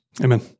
Amen